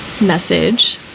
message